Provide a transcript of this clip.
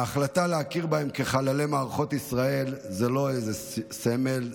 ההחלטה להכיר בהם כחללי מערכות ישראל היא לא איזה סמל,